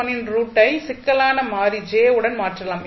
1 இன் ரூட்டை சிக்கலான மாறி j உடன் மாற்றலாம்